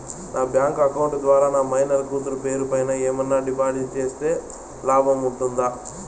నా bank account ద్వారా నా మైనర్ కూతురు పేరు పైన ఏమన్నా డిపాజిట్లు సేస్తే లాభం ఉంటుందా?